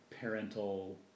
parental